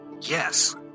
Yes